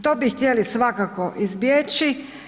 To bi htjeli svakako izbjeći.